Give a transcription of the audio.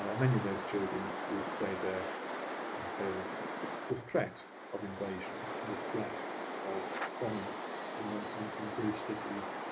many of those children would stay there until the threat of invasion, the threat of bombing and um and in british cities,